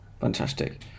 fantastic